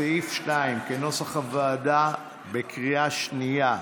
סעיף 2, כנוסח הוועדה, עבר בקריאה שנייה.